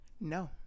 No